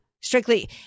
strictly